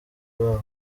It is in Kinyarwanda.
babo